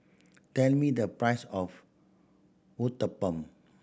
tell me the price of Uthapam